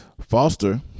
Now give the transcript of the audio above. Foster